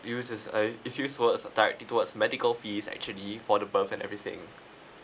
uses as it's use forward forectly towards medical fees actually for the birth and everything